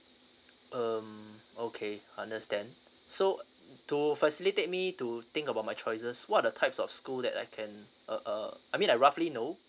um okay understand so to facilitate me to think about my choices what are the types of school that I can uh uh I mean I roughly know